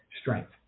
strength